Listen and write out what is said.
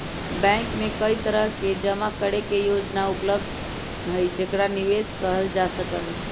bank में कई तरह के जमा करे के योजना उपलब्ध हई जेकरा निवेश कइल जा सका हई